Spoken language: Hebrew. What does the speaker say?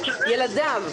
ילדיו,